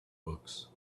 books